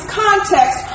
context